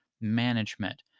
management